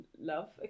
love